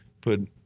put